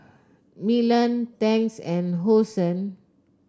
Milan Tangs and Hosen